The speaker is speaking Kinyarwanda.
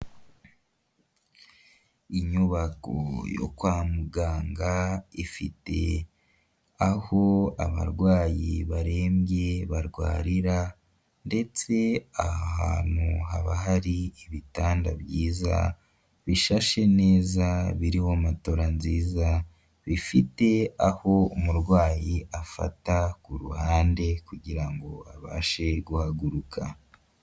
Inyubako yo kwa muganga ifite aho abarwayi barembye barwarira, ndetse aha hantu haba hari ibitanda byiza bishashe neza biriho matora nziza bifite aho umurwayi afata ku ruhande kugirango abashe guhaguruka.